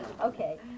okay